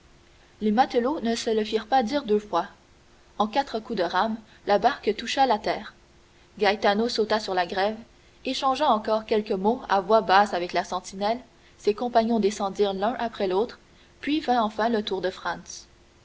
les matelots ne se le firent pas dire deux fois en quatre coups de rames la barque toucha la terre gaetano sauta sur la grève échangea encore quelques mots à voix basse avec la sentinelle ses compagnons descendirent l'un après l'autre puis vint enfin le tour de franz